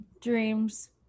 dreams